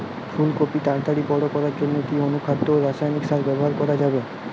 ফুল কপি তাড়াতাড়ি বড় করার জন্য কি অনুখাদ্য ও রাসায়নিক সার ব্যবহার করা যাবে?